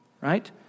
Right